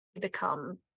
become